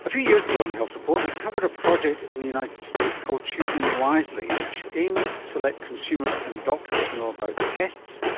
a few years ago on the health report, we covered a project in the united states called choosing wisely which aimed to let consumers and doctors know about tests,